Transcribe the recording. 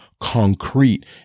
concrete